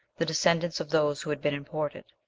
the descendants of those who had been imported.